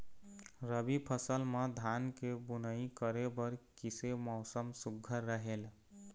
रबी फसल म धान के बुनई करे बर किसे मौसम सुघ्घर रहेल?